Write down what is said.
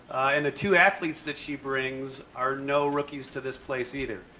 and the two athletes that she brings are no rookies to this place either.